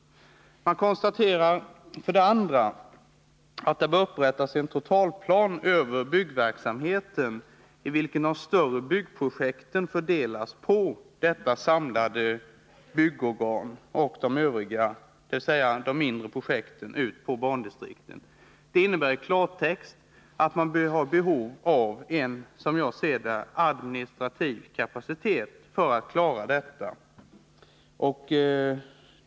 Vidare konstateras: ”En totalplan över byggverksamheten bör upprättas i vilken de större byggprojekten fördelas på det samlade byggorganet och de övriga — mindre — på bandistrikten.” I klartext innebär detta att man, enligt min mening, har behov av en administrativ kapacitet för att klara problemen.